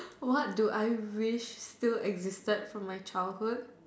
what do I wish still existed from my childhood